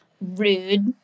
rude